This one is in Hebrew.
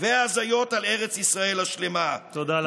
והזיות על ארץ ישראל השלמה, תודה לאדוני.